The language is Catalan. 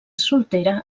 soltera